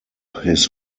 his